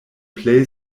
plej